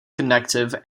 connective